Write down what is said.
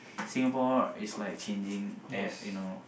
Singapore is like changing at you know